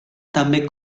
també